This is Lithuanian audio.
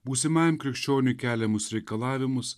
būsimajam krikščioniui keliamus reikalavimus